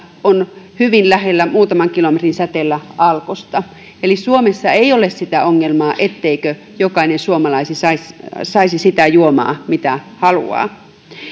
on hyvin lähellä muutaman kilometrin säteellä alkosta eli suomessa ei ole sitä ongelmaa etteikö jokainen suomalainen saisi saisi sitä juomaa mitä haluaa